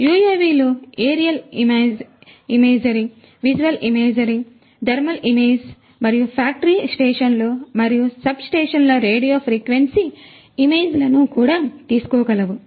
యుఎవిలు aerial imagery visual imagery thermal imagery మరియు factory స్టేషన్లు మరియు సబ్స్టేషన్ల రేడియో ఫ్రీక్వెన్సీ ఇమేజరీలను కూడా తీసుకోగలవు